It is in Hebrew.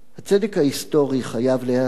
הצדק ההיסטורי חייב להיעשות